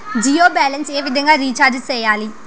Jio balance ఏ విధంగా recharge సేయాలి?